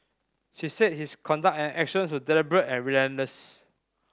she said his conduct and actions were deliberate and relentless